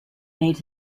made